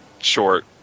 short